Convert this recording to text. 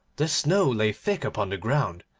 the snow lay thick upon the ground,